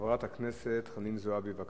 חברת הכנסת חנין זועבי, בבקשה.